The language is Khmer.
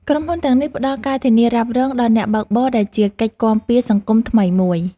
ក្រុមហ៊ុនទាំងនេះផ្ដល់ការធានារ៉ាប់រងដល់អ្នកបើកបរ ដែលជាកិច្ចគាំពារសង្គមថ្មីមួយ។